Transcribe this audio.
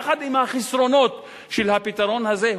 יחד עם החסרונות של הפתרון הזה,